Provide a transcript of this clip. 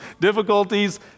difficulties